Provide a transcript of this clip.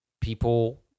people